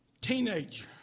teenager